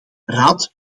raad